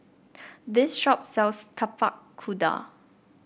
this shop sells Tapak Kuda